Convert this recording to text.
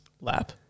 lap